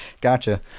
gotcha